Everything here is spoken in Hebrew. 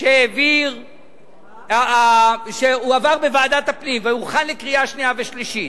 שהועבר בוועדת הפנים והוכן לקריאה שנייה ושלישית,